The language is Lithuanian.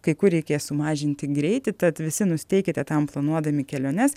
kai kur reikės sumažinti greitį tad visi nusiteikite tam planuodami keliones